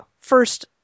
First